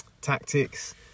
tactics